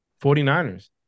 49ers